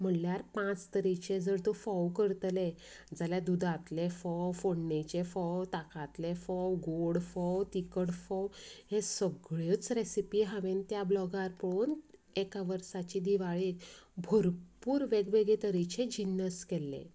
म्हळ्यार पांच तरेचे जर तूं फोव करतलें जाल्यार दुदांतले फोव फोंडणेचे फोव ताकांतले फोव गोड फोव तिकट फोव हे सगळ्योच रॅसिपी हांवेन त्या ब्लाॅगार पळोवन एका वर्साची दिवाळेंत भरपूर वेगवेगळे तरेचें जिन्नस केल्ले